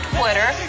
Twitter